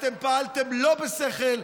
פעלתם לא בשכל,